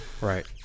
Right